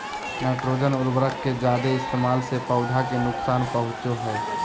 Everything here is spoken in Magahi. नाइट्रोजन उर्वरक के जादे इस्तेमाल से पौधा के नुकसान पहुंचो हय